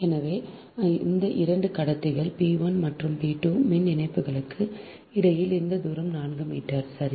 எனவே இந்த 2 கடத்திகள் P 1 மற்றும் P 2 மின் இணைப்புகளுக்கு இடையில் அந்த தூரம் 4 மீட்டர் சரி